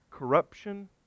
corruption